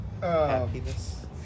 Happiness